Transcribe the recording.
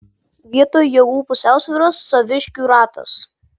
vietoj jėgų pusiausvyros saviškių ratas